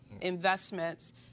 investments